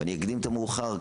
ואני אקדים את המאוחר,